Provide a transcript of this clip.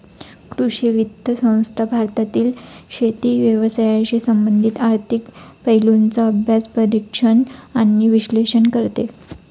कृषी वित्त संस्था भारतातील शेती व्यवसायाशी संबंधित आर्थिक पैलूंचा अभ्यास, परीक्षण आणि विश्लेषण करते